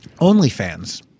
OnlyFans